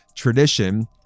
tradition